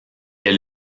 est